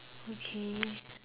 okay